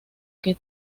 que